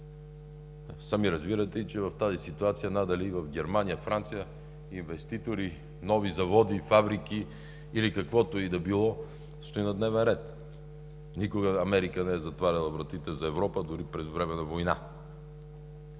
Сами разбирате, че в тази ситуация надали в Германия, във Франция инвеститори, нови заводи, фабрики или каквото и да било стои на дневен ред. Никога Америка не е затваряла вратите за Европа, дори през време на война,